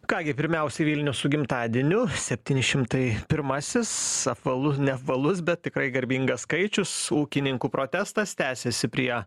ką gi pirmiausiai vilnius su gimtadieniu septyni šimtai pirmasis apvalus apvalus bet tikrai garbingas skaičius ūkininkų protestas tęsėsi prie